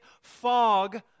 fog